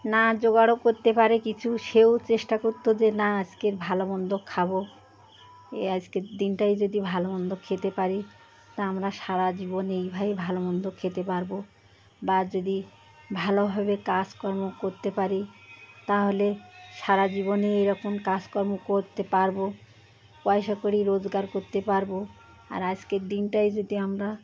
না জোগাড়ও করতে পারে কিছু সেও চেষ্টা করত যে না আজকে ভালো মন্দ খাব এ আজকের দিনটায় যদি ভালো মন্দ খেতে পারি তা আমরা সারা জীবন এইভাবেই ভালো মন্দ খেতে পারব বা যদি ভালোভাবে কাজকর্ম করতে পারি তাহলে সারা জীবনে এইরকম কাজকর্ম করতে পারব পয়সা কড়ি রোজগার করতে পারব আর আজকের দিনটায় যদি আমরা